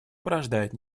порождает